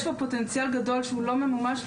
יש פה פוטנציאל גדול שלא ממומש,